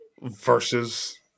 versus